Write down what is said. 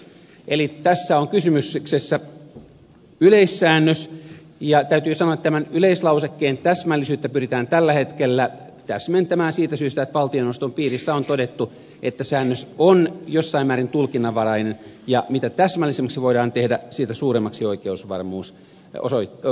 eli tässä on kysymyksessä yleissäännös ja täytyy sanoa että tämän yleislausekkeen täsmällisyyttä pyritään tällä hetkellä täsmentämään siitä syystä että valtioneuvoston piirissä on todettu että säännös on jossain määrin tulkinnanvarainen ja mitä täsmällisemmäksi se voidaan tehdä sitä suuremmaksi oikeusvarmuus voidaan saada